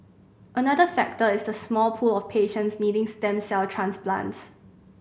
another factor is the small pool of patients needing stem cell transplants